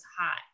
hot